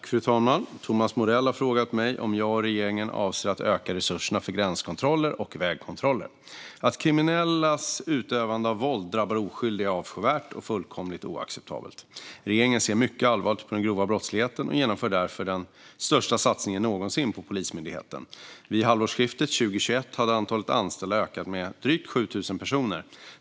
Fru talman! Thomas Morell har frågat mig om jag och regeringen avser att öka resurserna för gränskontroller och vägkontroller. Att kriminellas utövande av våld drabbar oskyldiga är avskyvärt och fullkomligt oacceptabelt. Regeringen ser mycket allvarligt på den grova brottsligheten och genomför därför den största satsningen någonsin på Polismyndigheten. Vid halvårsskiftet 2021 hade antalet anställda ökat med drygt 7 000 personer.